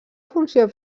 funció